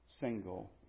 single